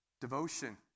devotion